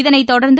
இதனைத்தொடர்ந்து